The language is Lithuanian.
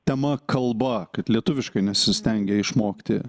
tema kalba kad lietuviškai nesistengia išmokti